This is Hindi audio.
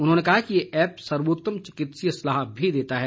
उन्होंने कहा कि यह ऐप्प सर्वोत्तम चिकित्सीय सलाह भी देता है